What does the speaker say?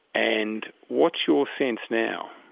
and what's your sense now?